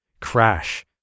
Crash